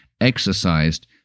exercised